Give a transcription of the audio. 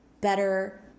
better